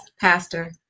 Pastor